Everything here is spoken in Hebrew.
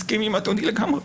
מסכים עם אדוני לגמרי.